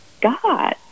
God